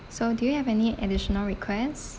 so you have any additional request